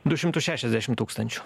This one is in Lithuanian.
du šimtus šešiasdešim tūkstančių